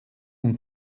und